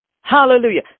Hallelujah